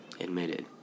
admitted